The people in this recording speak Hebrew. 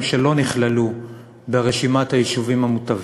שלא נכללו ברשימת היישובים המוטבים.